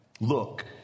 Look